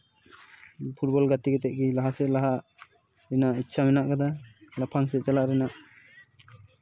football ᱜᱟᱛᱮ ᱠᱟᱛᱮᱜ ᱜᱮ ᱞᱟᱦᱟ ᱥᱮᱜ ᱞᱟᱦᱟᱜ ᱨᱮᱱᱟᱜ ᱤᱪᱪᱷᱟ ᱢᱮᱱᱟᱜ ᱠᱟᱫᱟ ᱞᱟᱯᱷᱟᱝ ᱥᱮᱜ ᱪᱟᱞᱟᱜ ᱨᱮᱱᱟᱜ